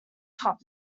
top